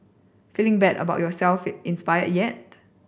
feeling bad about yourself inspired yet